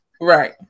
Right